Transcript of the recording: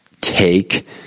take